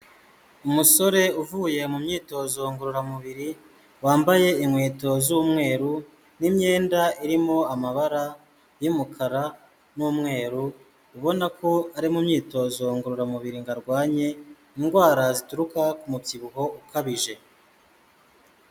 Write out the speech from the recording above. Umusore uvuye mu myitozo ngororamubiri, wambaye inkweto z'umweru n'iyenda irimo amabara y'umukara n'umweru, ubona ko ari mu myitozo ngororamubiri ngo arwanye indwara zituruka ku mubyibuho ukabije.